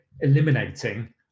eliminating